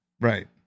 Right